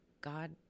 God